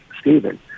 Stephen